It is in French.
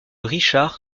richard